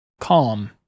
calm